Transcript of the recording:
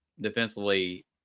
Defensively